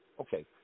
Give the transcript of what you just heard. Okay